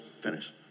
finish